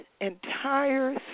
entire